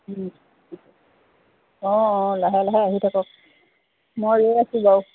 অঁ অঁ লাহে লাহে আহি থাকক মই ৰৈ আছোঁ বাৰু